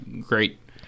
great